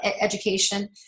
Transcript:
education